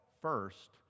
first